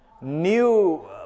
new